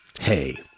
Hey